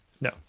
No